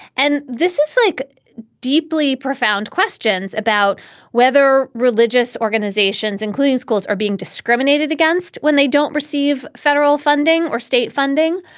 and this is like deeply profound questions about whether religious organizations, including schools, are being discriminated against when they don't receive federal funding or state funding.